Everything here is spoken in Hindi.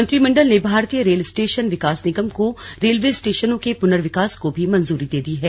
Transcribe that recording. मंत्रिमंडल ने भारतीय रेल स्टेशन विकास निगम को रेलवे स्टेशनों के पूनर्विकास को भी मंजूरी दे दी है